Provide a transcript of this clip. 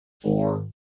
four